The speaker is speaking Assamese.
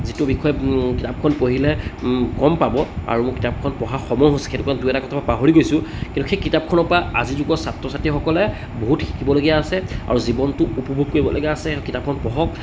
যিটো বিষয়ে কিতাপখন পঢ়িলে গম পাব আৰু মই কিতাপখন পঢ়া সময় হৈছে সেইটোকাৰণে দুই এটা কথা মই পাহৰি গৈছোঁ কিন্তু সেই কিতাপখনৰ পৰা আজিৰ যুগৰ ছাত্ৰ ছাত্ৰীসকলে বহুত শিকিবলগীয়া আছে আৰু জীৱনটো উপভোগ কৰিবলগীয়া আছে কিতাপখন পঢ়ক